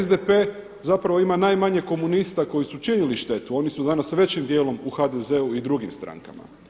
SDP zapravo ima najmanje komunista koji su činili štetu, oni su danas većim dijelom u HDZ-u i drugim strankama.